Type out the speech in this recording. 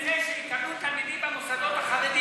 אתם דואגים לזה שיתקבלו תלמידים למוסדות החרדיים.